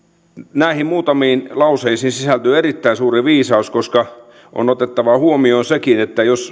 näihin muutamiin lauseisiin sisältyy erittäin suuri viisaus koska on otettava huomioon sekin että jos